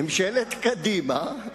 ממשלת קדימה.